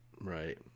Right